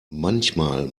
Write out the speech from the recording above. manchmal